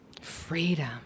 freedom